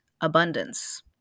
abundance